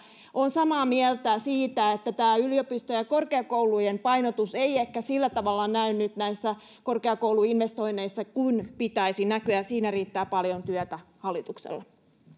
olen samaa mieltä siitä että yliopistojen ja korkeakoulujen painotus ei ehkä sillä tavalla näy nyt näissä korkeakouluinvestoinneissa kuin pitäisi näkyä ja siinä riittää paljon työtä hallituksella